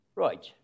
Right